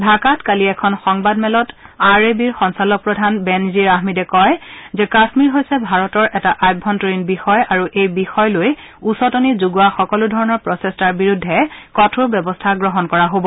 ঢাকাত কালি এখন সংবাদ মেলত আৰ এ বিৰ সঞ্চালক প্ৰধান বেনজিৰ আহমেদে কয় যে কাশ্মীৰ হৈছে ভাৰতৰ এটা আভ্যন্তৰীণ বিষয় আৰু এই বিষয় লৈ উচতনি যোগোৱা সকলোধৰণৰ প্ৰচেষ্টাৰ বিৰুদ্ধে কঠোৰ ব্যৱস্থা গ্ৰহণ কৰা হ'ব